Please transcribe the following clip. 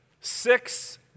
six